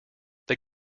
they